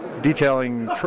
detailing